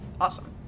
Awesome